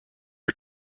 are